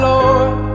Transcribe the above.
Lord